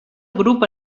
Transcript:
grup